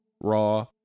Raw